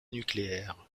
nucléaire